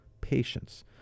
Patience